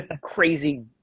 crazy